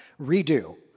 redo